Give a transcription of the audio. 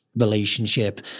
relationship